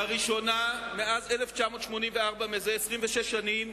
לראשונה מאז 1984, מזה 26 שנים,